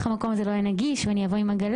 המקום הזה לא יהיה נגיש ואני אבוא עם עגלה.